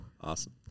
Awesome